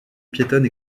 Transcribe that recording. piétonne